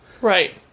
Right